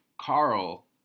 Carl